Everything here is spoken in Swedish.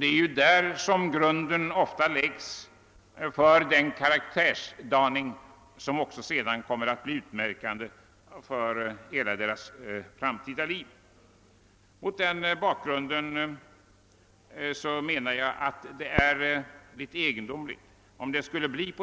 Det är ju där som grunden ofta läggs för det karaktärsmönster som sedan kommer att bli utmärkande för människornas framtida liv. Mot denna bakgrund menar jag att det skulle vara egendomligt, om inte denna kategori